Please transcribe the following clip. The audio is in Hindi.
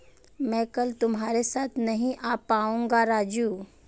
मैं कल तुम्हारे साथ नहीं आ पाऊंगा राजू